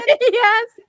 Yes